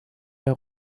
der